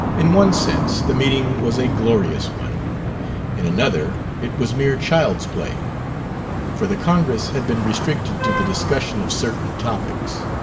in one sense the meeting was a glorious one in another, it was mere child's play for the congress had been restricted to the discussion of certain topics.